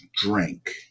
drink